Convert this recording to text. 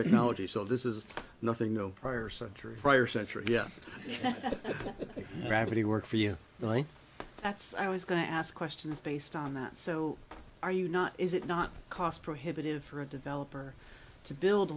technology so this is nothing no prior century prior century that gravity worked for you that's i was going to ask questions based on that so are you not is it not cost prohibitive for a developer to build